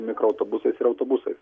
mikroautobusais ir autobusais